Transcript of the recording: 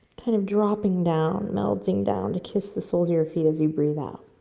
kind of dropping down, melting down to kiss the soles of your feet as you breath out.